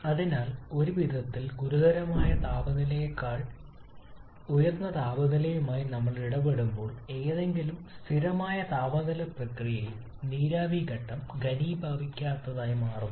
അതിനാൽ ഒരു വിധത്തിൽ ഗുരുതരമായ താപനിലയേക്കാൾ ഉയർന്ന താപനില നിലയുമായി നമ്മൾ ഇടപെടുമ്പോൾ ഏതെങ്കിലും സ്ഥിരമായ താപനില പ്രക്രിയയിൽ നീരാവി ഘട്ടം ഘനീഭവിക്കാത്തതായി മാറുന്നു